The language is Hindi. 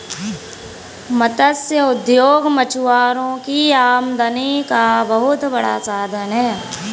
मत्स्य उद्योग मछुआरों की आमदनी का बहुत बड़ा साधन है